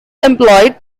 employed